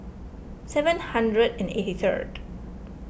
seven hundred and eighty third